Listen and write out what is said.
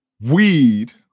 weed